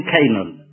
Canaan